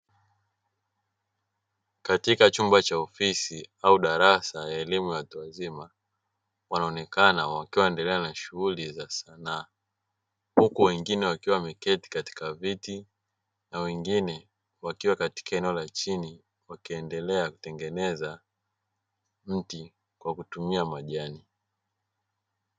Katika chumba cha ofisi au darasa ya elimu ya watu wazima wanaonekana wakiwa wanaendelea na shughuli za sanaa. Huku wengine wakiwa wameketi katika viti, na wengine wakiwa katika eneo la chini wakiendelea kutengeneza mti kwa kutumia majani.